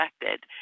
affected